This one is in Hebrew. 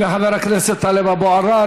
לחבר הכנסת טלב אבו עראר.